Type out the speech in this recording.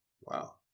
wow